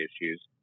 issues